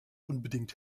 unbedingt